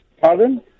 Pardon